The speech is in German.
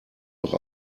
noch